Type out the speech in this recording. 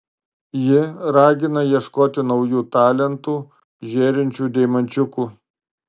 ji ragina ieškoti naujų talentų žėrinčių deimančiukų